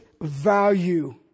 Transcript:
value